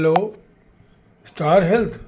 hello star health